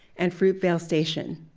and fruitvale station,